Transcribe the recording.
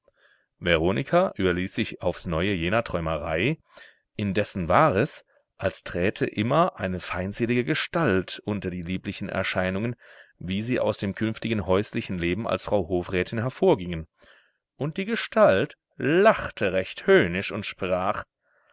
veronika überließ sich aufs neue jener träumerei indessen war es als träte immer eine feindselige gestalt unter die lieblichen erscheinungen wie sie aus dem künftigen häuslichen leben als frau hofrätin hervorgingen und die gestalt lachte recht höhnisch und sprach